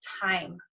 time